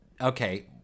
Okay